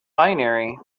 binary